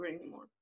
anymore